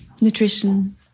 Nutrition